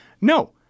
no